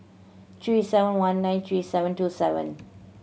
three seven one nine three seven two seven